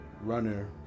runner